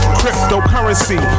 cryptocurrency